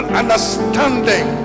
understanding